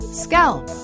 scalp